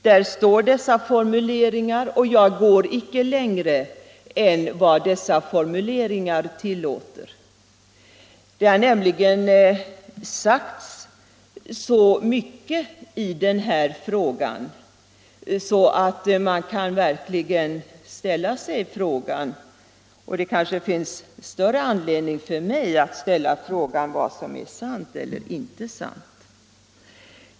Där står dessa formuleringar, och jag går icke längre än vad de medger. Det har nämligen sagts så mycket i denna fråga att man verkligen kan undra — och det kanske finns större anledning för mig att göra det — vad som är sant eller inte sant.